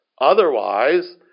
Otherwise